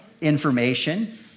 information